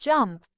Jump